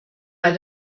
bei